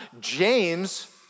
James